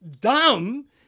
Dumb